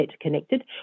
connected